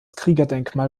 kriegerdenkmal